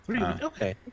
Okay